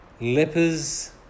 lepers